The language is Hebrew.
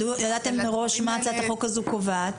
ידעתם מראש מה הצעת החוק הזו קובעת.